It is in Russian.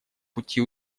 пути